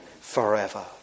forever